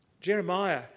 Jeremiah